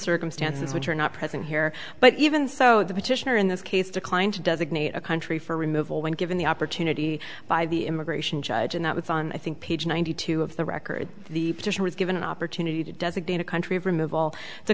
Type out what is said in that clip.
circumstances which are not present here but even so the petitioner in this case declined to designate a country for removal when given the opportunity by the immigration judge and that with on i think page ninety two of the record the petition was given an opportunity to designate a country of remove all the